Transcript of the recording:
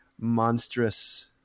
monstrous